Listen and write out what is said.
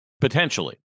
potentially